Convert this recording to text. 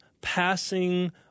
passing